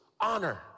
Honor